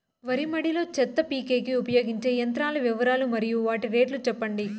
వరి మడి లో చెత్త పీకేకి ఉపయోగించే యంత్రాల వివరాలు మరియు వాటి రేట్లు చెప్పండి?